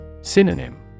synonym